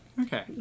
Okay